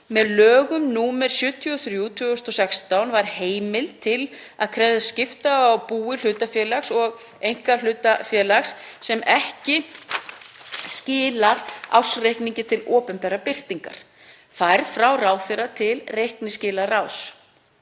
Með lögum nr. 73/2016 var heimild til að krefjast skipta á búi hlutafélags og einkahlutafélags sem ekki skilar ársreikningi til opinberrar birtingar færð frá ráðherra til reikningsskilaskrár